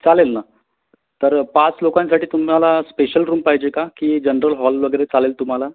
चालेल ना तर पाच लोकांसाठी तुम्हाला स्पेशल रूम पाहिजे का की जनरल हॉल वगेरे चालेल तुम्हाला